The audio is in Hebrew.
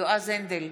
יועז הנדל,